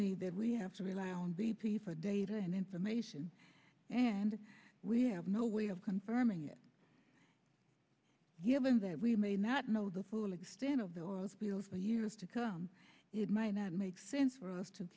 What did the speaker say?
me that we have to rely on b p for data and information and we have no way of confirming it given that we may not know the full extent of the oil spill for years to come it might not make sense for us to